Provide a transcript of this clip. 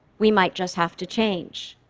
we might just have to change.